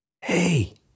hey